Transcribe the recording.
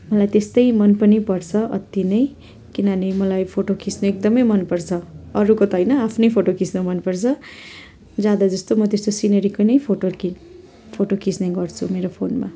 मलाई त्यस्तै मन पनि पर्छ अति नै किनभने मलाई फोटो खिच्न एकदमै मनपर्छ अरूको त होइन आफ्नै फोटो खिच्न मनपर्छ ज्यादा जस्तो म त्यस्तो सिनेरीको नै फोटो खिच फोटो खिच्ने गर्छु मेरो फोनमा